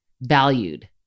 valued